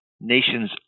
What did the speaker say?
nation's